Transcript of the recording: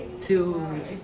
two